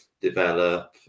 develop